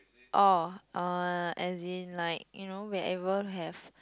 orh uh as in like you know wherever have